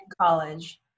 college